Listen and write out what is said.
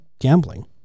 gambling